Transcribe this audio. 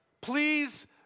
please